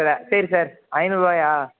சரி சார் ஐநூறுபாயா